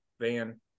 Van